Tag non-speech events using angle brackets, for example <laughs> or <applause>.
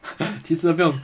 <laughs> 其实不用